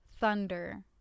thunder